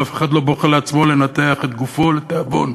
ואף אחד לא בוחר לעצמו לנתח את גופו לתיאבון.